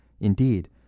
indeed